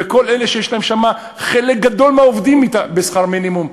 וכל אלה שיש להם שם חלק גדול מהעובדים בשכר מינימום,